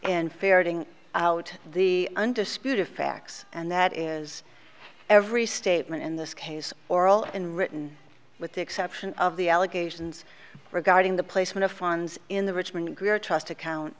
ferreting out the undisputed facts and that is every statement in this case oral and written with the exception of the allegations regarding the placement of funds in the richmond greer trust account